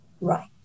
right